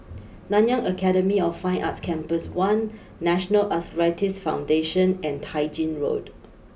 Nanyang Academy of Fine Arts Campus one National Arthritis Foundation and Tai Gin Road